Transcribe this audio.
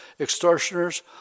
extortioners